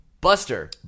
Buster